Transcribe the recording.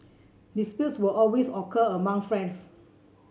disputes will always occur among friends